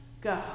go